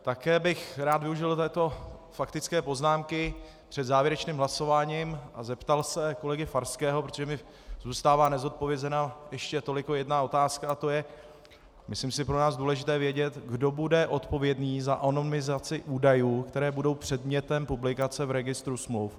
Také bych rád využil této faktické poznámky před závěrečným hlasováním a zeptal se kolegy Farského, protože mi zůstává nezodpovězena ještě toliko jedna otázka, a to je, myslím si, pro nás důležité vědět: Kdo bude odpovědný za anonymizaci údajů, které budou předmětem publikace v registru smluv?